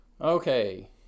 okay